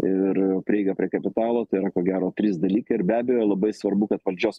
ir prieiga prie kapitalo tai yra ko gero trys dalykai ir be abejo labai svarbu kad valdžios